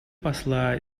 посла